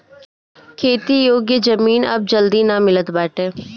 खेती योग्य जमीन अब जल्दी ना मिलत बाटे